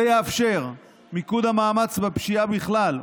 זה יאפשר מיקוד המאמץ בפשיעה בכלל,